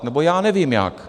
Nebo já nevím jak.